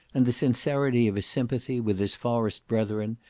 and the sincerity of his sympathy with his forest brethren,